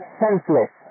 senseless